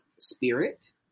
spirit